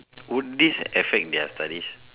would this affect their studies